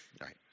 right